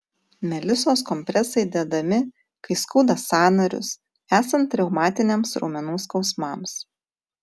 melisos kompresai dedami kai skauda sąnarius esant reumatiniams raumenų skausmams